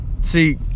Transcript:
see